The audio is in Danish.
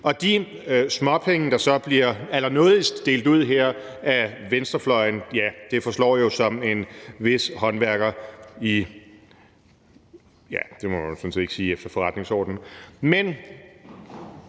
og de småpenge, der så allernådigst bliver delt ud her af venstrefløjen, ja, de forslår jo som en vis håndværker et sted, som man sådan set ikke må sige efter forretningsordenen. Men